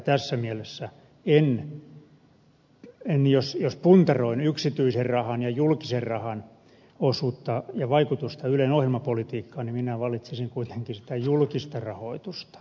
tässä mielessä jos puntaroin yksityisen rahan ja julkisen rahan osuutta ja vaikutusta ylen ohjelmapolitiikkaan minä valitsisin kuitenkin sitä julkista rahoitusta